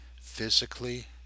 physically